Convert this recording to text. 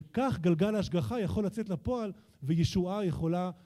כך גלגל ההשגחה יכול לצאת לפועל, וישועה יכולה..